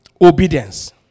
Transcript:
Obedience